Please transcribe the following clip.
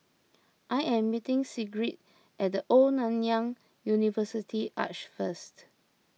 I am meeting Sigrid at the Old Nanyang University Arch first